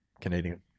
Canadian